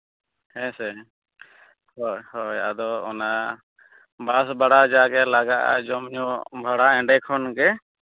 ᱦᱮᱸ ᱥᱮ ᱦᱳᱭ ᱦᱳᱭ ᱟᱫᱚ ᱚᱱᱟ ᱵᱟᱥ ᱵᱷᱟᱲᱟ ᱡᱟᱜᱮ ᱞᱟᱜᱟᱜᱼᱟ ᱡᱚᱢᱼᱧᱩ ᱵᱷᱟᱲᱟ ᱮᱸᱰᱮ ᱠᱷᱚᱱᱜᱮ